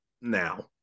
now